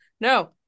no